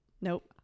Nope